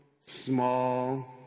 small